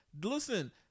Listen